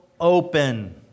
open